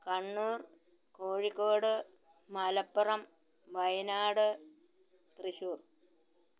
Kannur Kozhikode Malappuram Wayanad Thrissur